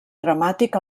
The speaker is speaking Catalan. dramàtic